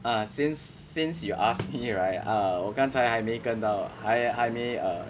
err since since you asked me right err 我刚才还没跟他还还没 err